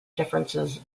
differences